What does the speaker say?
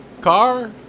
Car